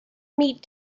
meet